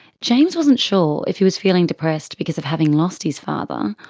james wasn't sure if he was feeling depressed because of having lost his father,